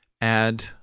add